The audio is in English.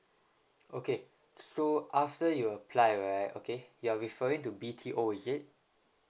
okay so after you apply right okay you are referring to B_T_O is it